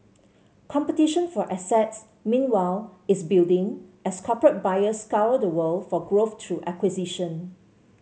competition for assets meanwhile is building as corporate buyers scour the world for growth through acquisition